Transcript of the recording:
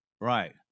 right